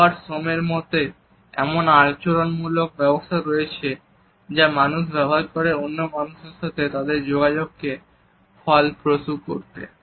Robert সোমারের মতে এমন আচরণমূলক ব্যবস্থা রয়েছে যা মানুষ ব্যবহার করে অন্য মানুষের সাথে তাদের যোগাযোগকে ফলপ্রসূ করতে